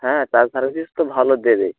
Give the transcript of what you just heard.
হ্যাঁ charge services তো ভালো দেবে